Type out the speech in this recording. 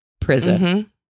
prison